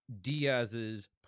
Diaz's